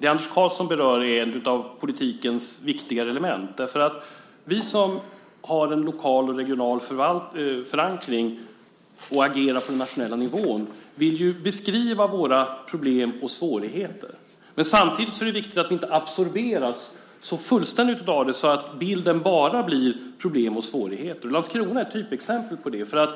Anders Karlsson berör är en av politikens viktigare element därför att vi som har en lokal och regional förankring och agerar på den nationella nivån vill beskriva våra problem och svårigheter. Men samtidigt är det viktigt att vi inte absorberas så fullständigt av det att bilden bara blir problem och svårigheter. Och Landskrona är ett typexempel på det.